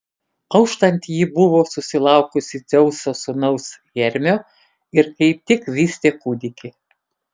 auštant ji buvo susilaukusi dzeuso sūnaus hermio ir kaip tik vystė kūdikį